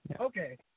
Okay